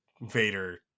Vader